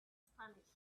spanish